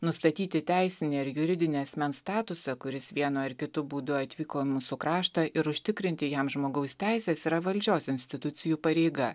nustatyti teisinį ar juridinį asmens statusą kuris vienu ar kitu būdu atvyko į mūsų kraštą ir užtikrinti jam žmogaus teises yra valdžios institucijų pareiga